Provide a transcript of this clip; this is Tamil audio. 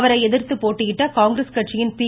அவரை எதிர்த்து போட்டியிட்ட காங்கிரஸ் கட்சியின் பி